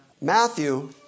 Matthew